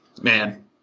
man